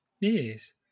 Yes